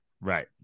Right